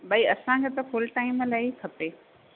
भाई असांखे त फुल टाईम लाइ ई खपे